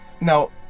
Now